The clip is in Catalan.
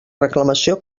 reclamació